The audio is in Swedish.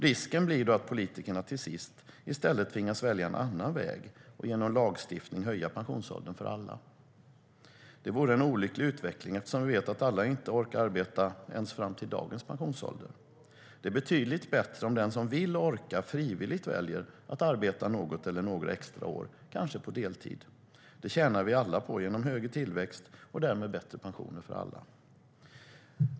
Risken är då att politikerna till sist i stället tvingas att välja en annan väg, till exempel att genom lagstiftning höja pensionsåldern för alla. Det vore en olycklig utveckling eftersom vi vet att alla inte orkar arbeta ens fram till dagens pensionsålder. Det är betydligt bättre om den som vill och orkar frivilligt väljer att arbeta något eller några extra år, kanske på deltid. Det tjänar vi alla på genom högre tillväxt och därmed högre pensioner för alla.